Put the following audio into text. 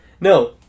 No